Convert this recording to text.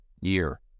year